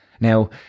Now